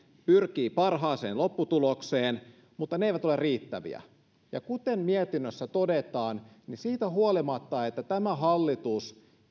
pyrkii parhaaseen lopputulokseen mutta toimet eivät ole riittäviä kuten mietinnössä todetaan siitä huolimatta että tämä hallitus